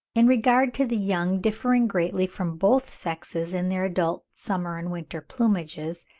in regard to the young differing greatly from both sexes in their adult summer and winter plumages,